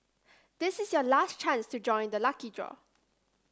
this is your last chance to join the lucky draw